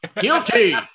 Guilty